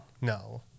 no